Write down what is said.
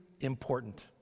important